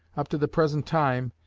up to the present time,